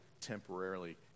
temporarily